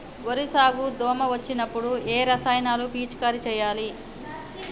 వరి సాగు లో దోమ వచ్చినప్పుడు ఏ రసాయనాలు పిచికారీ చేయాలి?